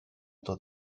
dod